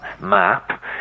map